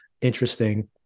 interesting